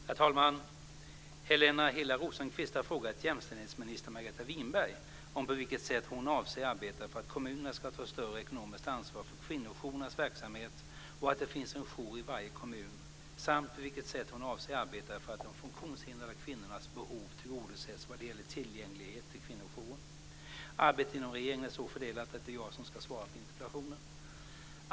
Herr talman! Helena Hillar Rosenqvist har frågat jämställdhetsminister Margareta Winberg på vilket sätt hon avser att arbeta för att kommunerna ska ta ett större ekonomiskt ansvar för kvinnojourernas verksamhet och för att det finns en jour i varje kommun samt på vilket sätt hon avser att arbeta för att de funktionshindrade kvinnornas behov tillgodoses vad det gäller tillgänglighet till kvinnojourer. Arbetet inom regeringen är så fördelat att det är jag som ska svara på interpellationen.